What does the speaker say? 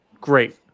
great